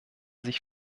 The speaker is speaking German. sich